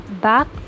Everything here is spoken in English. back